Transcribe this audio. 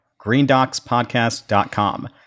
greendocspodcast.com